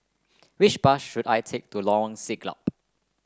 which bus should I take to Lorong Siglap